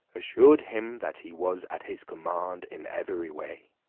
assured him, that he was at his command in every way.